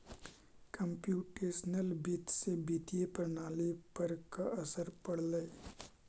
computational वित्त से वित्तीय प्रणाली पर का असर पड़लइ